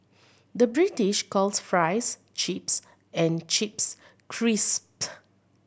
the British calls fries chips and chips crisp